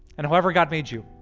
and however god made you,